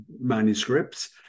manuscripts